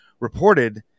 reported